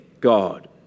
God